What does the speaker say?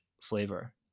flavor